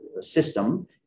system